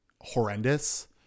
horrendous